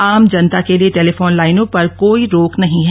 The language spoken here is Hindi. आम जनता के लिए टेलीफोन लाइनों पर कोई रोक नहीं है